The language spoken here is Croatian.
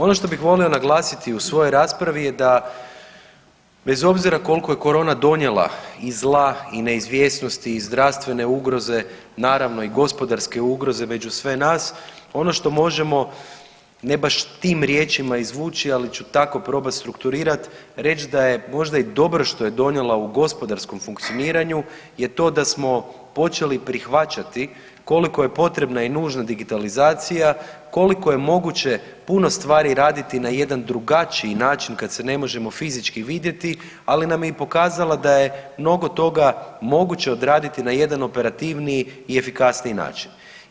Ono što bih volio naglasiti u svojoj raspravi je da bez obzira koliko je korona donijela i zla i neizvjesnosti i zdravstvene ugroze naravno i gospodarske ugroze među sve nas ono što možemo ne baš tim riječima izvući, ali ću tako probat strukturirat reć da je možda i dobro što je donijela u gospodarskom funkcioniraju je to da smo počeli prihvaćati koliko je potrebna i nužna digitalizacija, koliko je moguće puno stvari raditi na jedan drugačiji način kad se ne možemo fizički vidjeti, ali nam je pokazala da je mnogo toga moguće odraditi na jedan operativniji i efikasniji način.